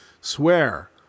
Swear